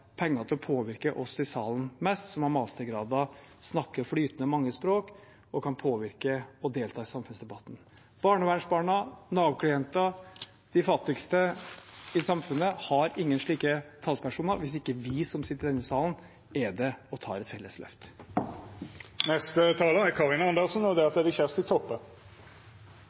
penger til å påvirke oss i salen mest, som har mastergrader, snakker mange språk flytende og kan påvirke og delta i samfunnsdebatten. Barnevernsbarna, Nav-klienter, de fattigste i samfunnet har ingen slike talspersoner hvis ikke vi som sitter i denne salen, er det og tar et felles løft. Først til likestillingsdebatten: Den største minoriteten i Norge satt og